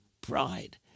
pride